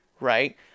right